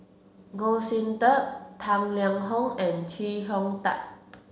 Goh Sin Tub Tang Liang Hong and Chee Hong Tat